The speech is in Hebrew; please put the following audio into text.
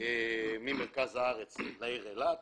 ממרכז הארץ לעיר אילת